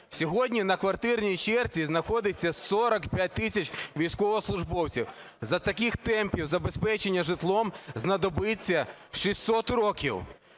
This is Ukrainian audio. Сьогодні на квартирній черзі знаходиться 45 тисяч військовослужбовців. За таких темпів забезпечення житлом знадобиться 600 років.